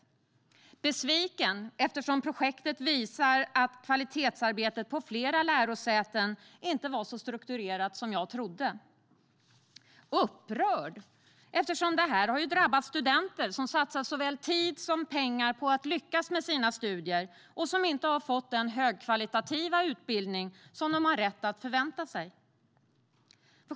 Jag blev besviken eftersom projektet visar att kvalitetsarbetet på flera lärosäten inte var så strukturerat som jag trodde. Jag blev upprörd eftersom det här ju har drabbat studenter som satsat såväl tid som pengar på att lyckas med sina studier och som inte har fått den högkvalitativa utbildning som de har rätt att förvänta sig.